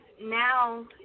now